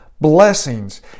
blessings